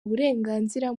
uburenganzira